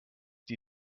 die